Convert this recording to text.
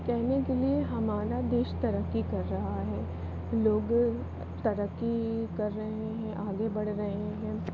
कहने के लिए हमारा देश तरक्की कर रहा है लोग तरक्की कर रहे हैं आगे बढ़ रहे हैं